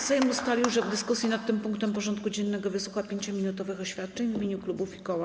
Sejm ustalił, że w dyskusji nad tym punktem porządku dziennego wysłucha 5-minutowych oświadczeń w imieniu klubów i koła.